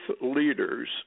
leaders